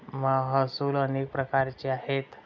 महसूल अनेक प्रकारचे आहेत